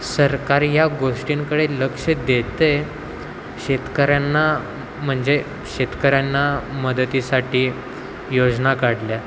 सरकार या गोष्टींकडे लक्ष देत आहे शेतकऱ्यांना म्हणजे शेतकऱ्यांना मदतीसाठी योजना काढल्या